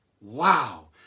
Wow